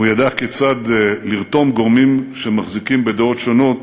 הוא ידע כיצד לרתום גורמים שמחזיקים בדעות שונות